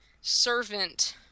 servant